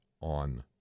on